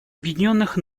объединенных